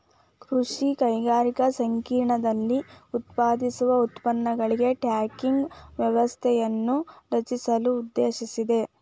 ಕೃಷಿ ಕೈಗಾರಿಕಾ ಸಂಕೇರ್ಣದಲ್ಲಿ ಉತ್ಪಾದಿಸುವ ಉತ್ಪನ್ನಗಳಿಗೆ ಟ್ರ್ಯಾಕಿಂಗ್ ವ್ಯವಸ್ಥೆಯನ್ನು ರಚಿಸಲು ಉದ್ದೇಶಿಸಿದೆ